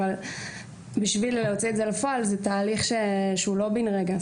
אבל בשביל להוציא את זה לפועל זה תהליך שהוא לא בן רגע.